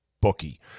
bookie